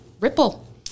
ripple